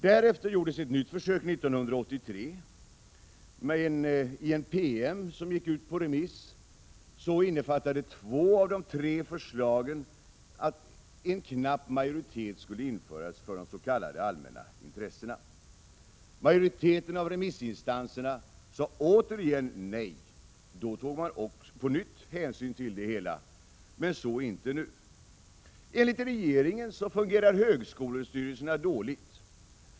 Därefter gjordes ett nytt försök 1983, men i den promemoria som gick ut på remiss innebar två av de tre förslagen att en knapp majoritet skulle införas för de s.k. allmänna intressena. Majoriteten av remissinstanserna sade igen nej. Då tog man på nytt hänsyn till det hela, men så inte nu. Enligt regeringen fungerar högskolestyrelserna dåligt.